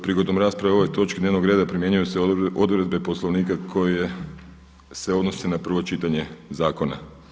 Prigodom rasprave o ovoj točci dnevnog reda primjenjuju se odredbe Poslovnika koje se odnose na prvo čitanje zakona.